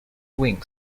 wing